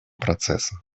процесса